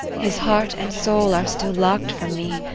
his heart and soul are still locked from me,